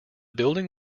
building